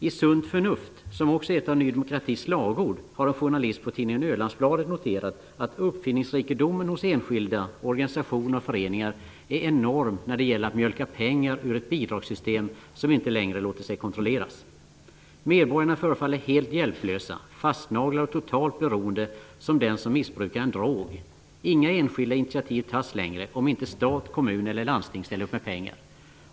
I Sunt Förnuft, som också är ett av Ny demokratis slagord, har en journalist på tidningen Ölandsbladet noterat att uppfinningsrikedomen hos enskilda, organisationer och föreningar är enorm när det gäller att mjölka pengar ur ett bidragssystem som inte längre låter sig kontrolleras. Medborgarna förefaller helt hjälplösa, fastnaglade och totalt beroende, som den som missbrukar en drog. Inga enskilda initiativ tas längre om inte stat, kommun eller landsting ställer upp med pengar.